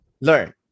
learn